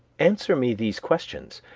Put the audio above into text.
answer me these questions,